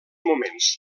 moments